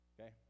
Okay